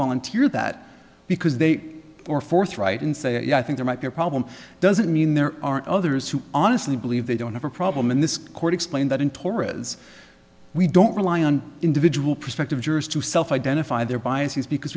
volunteer that because they are forthright in saying yeah i think there might be a problem doesn't mean there aren't others who honestly believe they don't have a problem in this court explain that in tora's we don't rely on individual prospective jurors to self identify their biases because